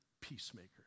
peacemaker